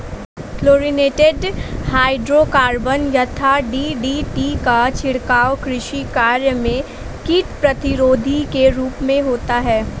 chlorinated hydrocarbon यथा DDT का छिड़काव कृषि कार्य में कीट प्रतिरोधी के रूप में होता है